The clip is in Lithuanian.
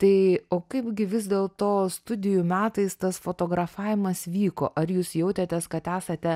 tai o kaip gi vis dėlto studijų metais tas fotografavimas vyko ar jūs jautėtės kad esate